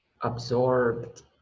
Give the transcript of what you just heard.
absorbed